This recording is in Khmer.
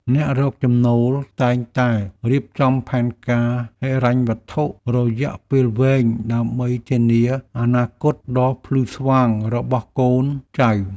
អ្នករកចំណូលតែងតែរៀបចំផែនការហិរញ្ញវត្ថុរយៈពេលវែងដើម្បីធានាអនាគតដ៏ភ្លឺស្វាងរបស់កូនចៅ។